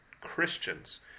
christians